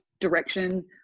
direction